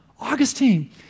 Augustine